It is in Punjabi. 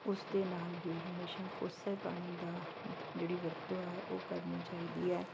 ਉਸਦੇ ਨਾਲ ਹੀ ਹਮੇਸ਼ਾ ਕੋਸੇ ਪਾਣੀ ਦਾ ਜਿਹੜੀ ਵਰਤੋਂ ਹੈ ਉਹ ਕਰਨੀ ਚਾਹੀਦੀ ਹੈ